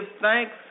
thanks